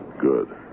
Good